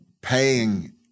paying